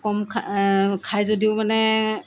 কম খা খায় যদিও মানে